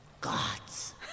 gods